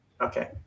Okay